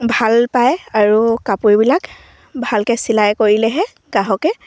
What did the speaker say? ভাল পায় আৰু কাপোৰবিলাক ভালকৈ চিলাই কৰিলেহে গ্ৰাহকে